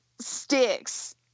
sticks